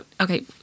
Okay